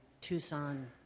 Tucson